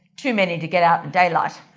too many to get out in daylight.